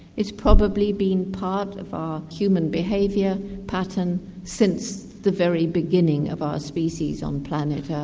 it's probably been part of our human behaviour pattern since the very beginning of our species on planet earth,